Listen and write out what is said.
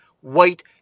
white